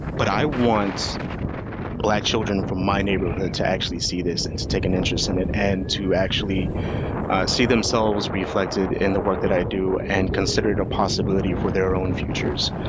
but i want black children from my neighborhood to actually see this, and to take an interest in it, and to actually see themselves reflected in the work that i do, and consider it a possibility for their own futures.